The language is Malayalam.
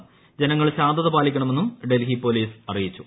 അതിനാൽ ജനങ്ങൾ ശാന്തത പാലിക്കണമെന്നും ഡൽഹി പോലീസ് അറിയിച്ചു